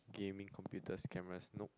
gaming computers cameras nope